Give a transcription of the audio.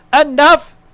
enough